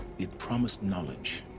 it promised knowledge.